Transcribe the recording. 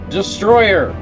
destroyer